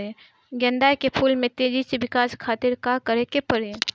गेंदा के फूल में तेजी से विकास खातिर का करे के पड़ी?